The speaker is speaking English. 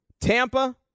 Tampa